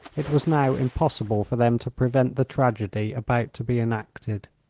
it was now impossible for them to prevent the tragedy about to be enacted.